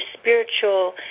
spiritual